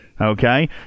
Okay